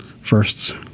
firsts